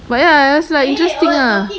but ya it was like interesting ah